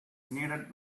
needed